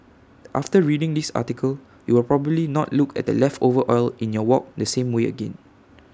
after reading this article you will probably not look at the leftover oil in your wok the same way again